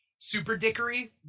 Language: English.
SuperDickery